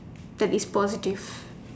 that is positive